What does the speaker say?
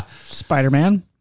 Spider-Man